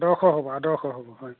আদৰ্শ হ'ব আদৰ্শ হ'ব হয়